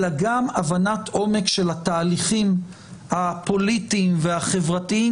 אלא גם הבנת עומק של התהליכים הפוליטיים והחברתיים,